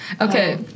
Okay